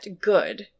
good